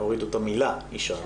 הורידו את המילה "אישה".